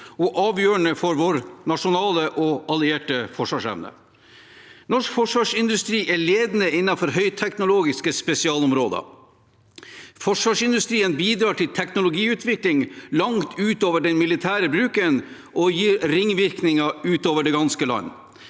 og avgjørende for vår nasjonale og allierte forsvarsevne. Norsk forsvarsindustri er ledende innenfor høyteknologiske spesialområder. Forsvarsindustrien bidrar til teknologiutvikling langt ut over den militære bruken og gir ringvirkninger utover det ganske land.